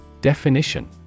Definition